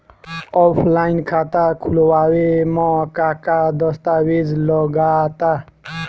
Offline खाता खुलावे म का का दस्तावेज लगा ता?